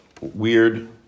weird